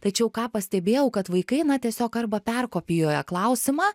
tačiau ką pastebėjau kad vaikai na tiesiog arba perkopijuoja klausimą